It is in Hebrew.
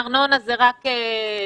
בינתיים הארנונה זאת רק דקלרציה.